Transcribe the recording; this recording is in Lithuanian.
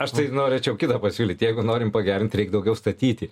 aš tai norėčiau kitą pasiūlyt jeigu norim pagerint reik daugiau statyti